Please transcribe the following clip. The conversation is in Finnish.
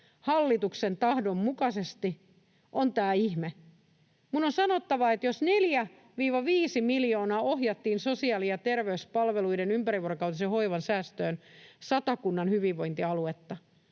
hallituksen tahdon mukaisesti, on tämä ihme. Minun on sanottava, että jos 4—5 miljoonaa ohjattiin sosiaali- ja terveyspalveluiden ympärivuorokautisen hoivan säästöön Satakunnan hyvinvointialueella,